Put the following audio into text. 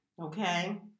Okay